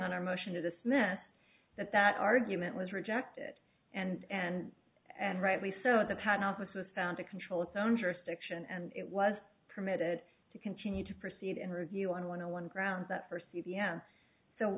on our motion to dismiss that that argument was rejected and and rightly so the patent office was found to control its own jurisdiction and it was permitted to continue to proceed and review on one on one grounds that for